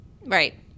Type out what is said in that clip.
right